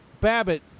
Babbitt